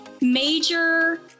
major